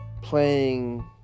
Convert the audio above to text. playing